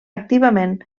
activament